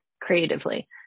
Creatively